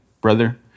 brother